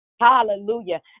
Hallelujah